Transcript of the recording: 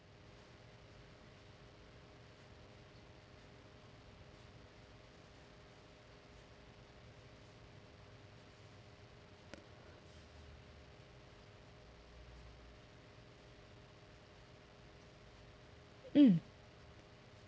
mm